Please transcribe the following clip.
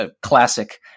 classic